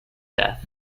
death